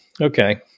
okay